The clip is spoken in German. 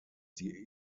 die